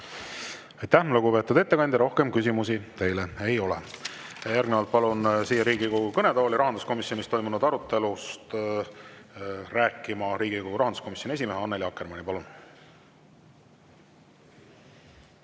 Aitäh, lugupeetud ettekandja! Rohkem küsimusi teile ei ole. Järgnevalt palun siia Riigikogu kõnetooli rahanduskomisjonis toimunud arutelust rääkima Riigikogu rahanduskomisjoni esimehe Annely Akkermanni.